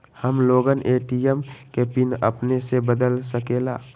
हम लोगन ए.टी.एम के पिन अपने से बदल सकेला?